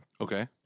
Okay